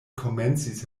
komencis